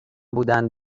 بودند